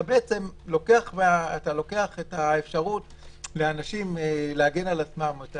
אתה לוקח את האפשרות מהאנשים להגן על עצמם.